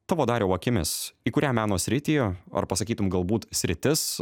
tavo dariau akimis į kurią meno sritį ar pasakytum galbūt sritis